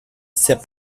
ses